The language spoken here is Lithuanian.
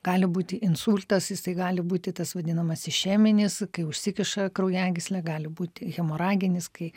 gali būti insultas jisai gali būti tas vadinamasis išeminis kai užsikiša kraujagyslė gali būti hemoraginis kai